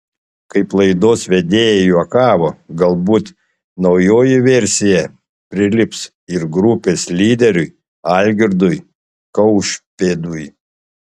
kaip laidos vedėjai juokavo galbūt naujoji versija prilips ir grupės lyderiui algirdui kaušpėdui